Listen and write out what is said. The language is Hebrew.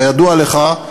כידוע לך,